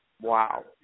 Wow